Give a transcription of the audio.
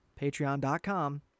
patreon.com